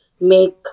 make